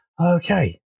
Okay